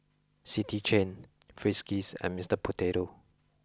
City Chain Friskies and Mister Potato